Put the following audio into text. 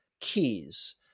keys